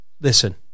Listen